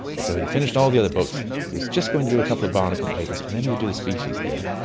and so he finished all the other books, he was just going to do a couple of barnacle papers and then he would do the species theory.